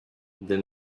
the